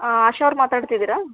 ಆಶಾ ಅವ್ರು ಮಾತಾಡ್ತಿದ್ದೀರಾ